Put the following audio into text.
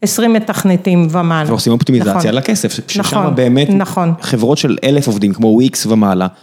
עשרים מתכנתים ומעלה. אתם עושים אופטימיזציה לכסף ששמה באמת חברות של אלף עובדים כמו wix ומעלה.